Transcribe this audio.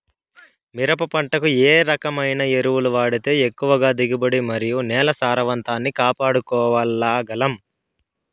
మిరప పంట కు ఏ రకమైన ఎరువులు వాడితే ఎక్కువగా దిగుబడి మరియు నేల సారవంతాన్ని కాపాడుకోవాల్ల గలం?